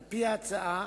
על-פי ההצעה,